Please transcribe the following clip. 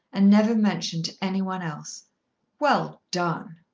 and never mentioned to any one else well done.